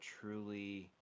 truly